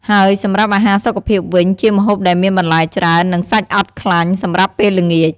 ហើយសម្រាប់អាហារសុខភាពវិញ ជាម្ហូបដែលមានបន្លែច្រើន និងសាច់អត់ខ្លាញ់ សម្រាប់ពេលល្ងាច។